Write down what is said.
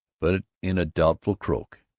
but in a doubtful croak.